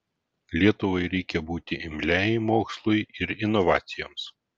lietuvai reikia būti imliai mokslui ir inovacijoms